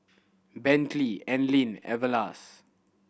Bentley Anlene Everlast